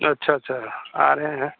अच्छा अच्छा आ रहे हैं